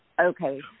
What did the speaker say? Okay